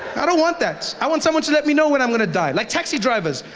i don't want that, i want someone to let me know when i am going to die. like taxi drivers,